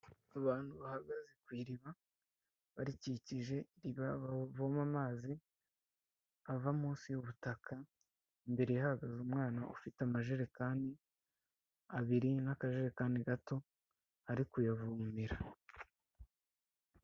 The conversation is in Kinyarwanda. Abantu bahagaze ku iriba barikikije iriba bavomamo amazi ava munsi y'ubutaka, imbere hahagara umwana ufite amajerekani abiri n'akajerekani gato ari kuyavomera.